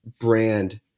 brand